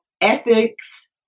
ethics